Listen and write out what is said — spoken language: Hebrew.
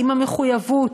עם המחויבות,